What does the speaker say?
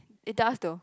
it does though